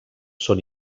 són